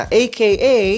aka